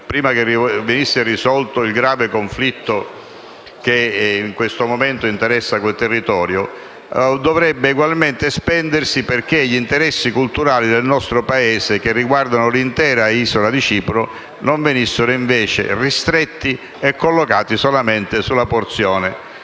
prima che venisse risolto il grave conflitto che in questo momento interessa quel territorio, dovrebbe ugualmente spendersi perché gli interessi culturali del nostro Paese che riguardano l'intera isola di Cipro non vengano invece ristretti solamente alla posizione